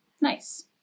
Nice